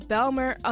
Belmer